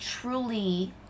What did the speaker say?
truly